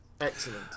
Excellent